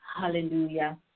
Hallelujah